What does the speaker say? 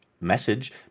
message